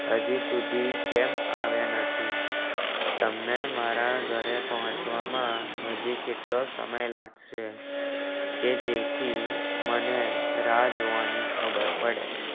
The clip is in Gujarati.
અજી સુધી કેમ આવ્યા નથી તમને મારા ઘરે પહોંચવામાં હજી કેટલો સમય લાગશે કે જેથી મને રાહ જોવાની ખબર પડે